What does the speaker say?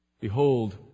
Behold